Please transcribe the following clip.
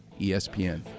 ESPN